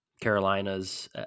Carolinas